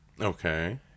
Okay